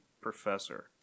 professor